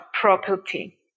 property